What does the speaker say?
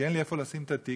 כי אין לי איפה לשים את התיק,